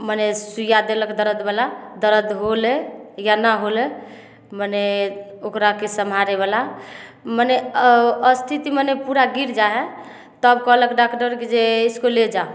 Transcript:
मने सुइया देलक दरद बला दरद होलै या न होलै मने ओकरा कि सम्हारै बला मने स्थिति मने पूरा गिर जाइ हइ तब कहलक डाक्टरके जे इसको ले जाओ